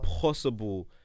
possible